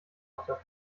hatte